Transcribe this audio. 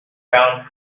pound